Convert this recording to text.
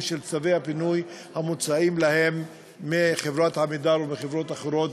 של צווי הפינוי המוצאים להם מחברת "עמידר" ומחברות אחרות,